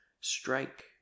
Strike